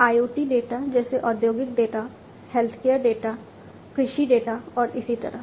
IoT data जैसे औद्योगिक data healthcare data कृषि डेटा और इसी तरह